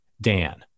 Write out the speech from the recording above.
Dan